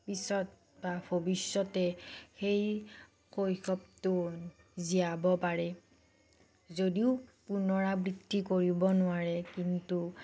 পিছত বা ভৱিষ্যতে সেই শৈশৱটো জীয়াব পাৰে যদিও পুনৰাবৃত্তি কৰিব নোৱাৰে কিন্তু